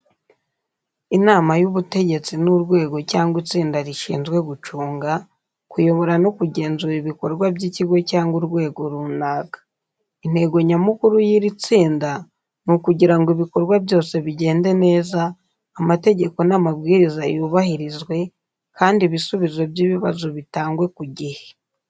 Inama y’Ubutegetsi ni urwego cyangwa itsinda rishinzwe gucunga, kuyobora no kugenzura ibikorwa by’ikigo cyangwa urwego runaka. Intego nyamukuru y’iri tsinda ni ukugira ngo ibikorwa byose bigende neza, amategeko n’amabwiriza yubahirizwe, kandi ibisubizo by’ibibazo bitangwe ku gihe.